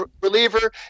reliever